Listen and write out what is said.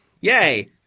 Yay